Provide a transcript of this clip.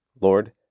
Lord